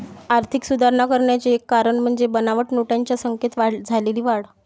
आर्थिक सुधारणा करण्याचे एक कारण म्हणजे बनावट नोटांच्या संख्येत झालेली वाढ